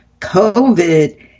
COVID